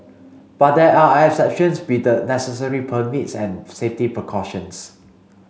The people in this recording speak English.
but there are exceptions with the necessary permits and safety precautions